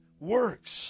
works